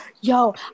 Yo